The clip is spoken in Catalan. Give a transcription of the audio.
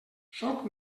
sóc